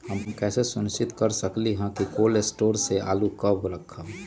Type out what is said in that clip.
हम कैसे सुनिश्चित कर सकली ह कि कोल शटोर से आलू कब रखब?